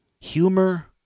humor